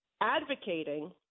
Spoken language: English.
advocating